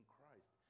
Christ